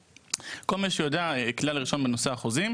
כל אחד יודע שבנושא של חוזים,